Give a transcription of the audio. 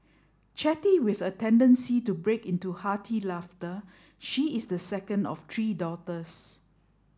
chatty with a tendency to break into hearty laughter she is the second of three daughters